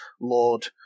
Lord